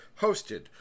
hosted